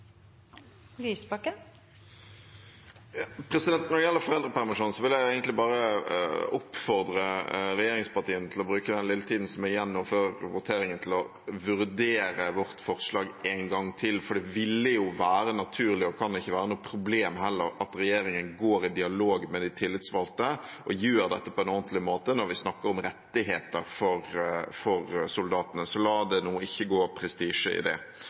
voteringen, til å vurdere vårt forslag en gang til, for det ville jo være naturlig og kan ikke være noe problem heller at regjeringen går i dialog med de tillitsvalgte og gjør dette på en ordentlig måte når vi snakker om rettigheter for soldatene. Så la det nå ikke gå prestisje i det.